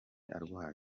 arwaye